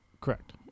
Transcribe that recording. Correct